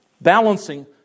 balancing